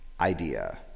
idea